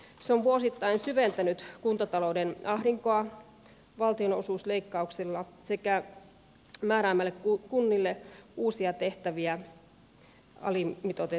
se on vuosittain syventänyt kuntatalouden ahdinkoa valtionosuusleikkauksilla sekä määräämällä kunnille uusia tehtäviä alimitoitetulla rahoituksella